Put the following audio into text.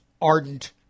ardent